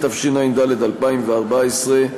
התשע"ד 2014,